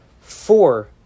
four